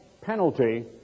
penalty